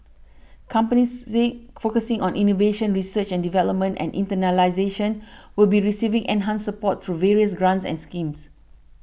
companies Z focusing on innovation research and development and internationalisation will be receiving enhanced support through various grants and schemes